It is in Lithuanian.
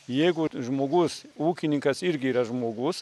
jeigu žmogus ūkininkas irgi yra žmogus